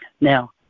Now